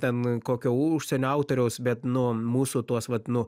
ten kokio užsienio autoriaus bet nu mūsų tuos vat nu